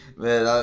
man